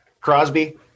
Crosby